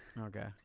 Okay